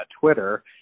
Twitter